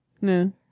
no